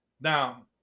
Now